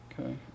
Okay